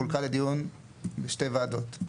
חולקה לדיון בשתי ועדות.